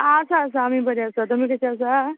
आं आसा आसा आमी बरीं आसा तुमी कशीं आसा